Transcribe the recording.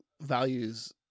values